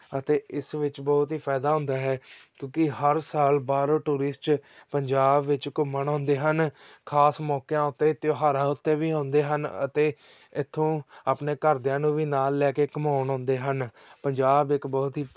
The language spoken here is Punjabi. ਅਤੇ ਇਸ ਵਿੱਚ ਬਹੁਤ ਹੀ ਫਾਇਦਾ ਹੁੰਦਾ ਹੈ ਕਿਉਂਕਿ ਹਰ ਸਾਲ ਬਾਹਰੋਂ ਟੂਰਿਸਟ ਪੰਜਾਬ ਵਿੱਚ ਘੁੰਮਣ ਆਉਂਦੇ ਹਨ ਖਾਸ ਮੌਕਿਆਂ ਉੱਤੇ ਤਿਉਹਾਰਾਂ ਉੱਤੇ ਵੀ ਆਉਂਦੇ ਹਨ ਅਤੇ ਇੱਥੋਂ ਆਪਣੇ ਘਰਦਿਆਂ ਨੂੰ ਵੀ ਨਾਲ ਲੈ ਕੇ ਘੁੰਮਾਉਣ ਆਉਂਦੇ ਹਨ ਪੰਜਾਬ ਇੱਕ ਬਹੁਤ ਹੀ